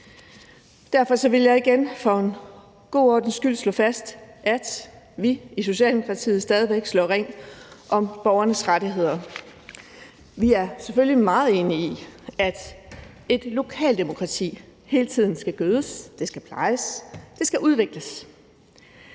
Derfor vil jeg igen for god ordens skyld slå fast, at vi i Socialdemokratiet stadig væk slår ring om borgernes rettigheder. Vi er selvfølgelig meget enige i, at et lokaldemokrati hele tiden skal gødes, skal plejes, skal udvikles,